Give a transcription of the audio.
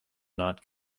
not